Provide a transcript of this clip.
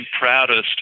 proudest